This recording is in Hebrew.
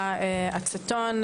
אצטון,